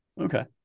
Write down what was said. Okay